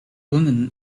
woman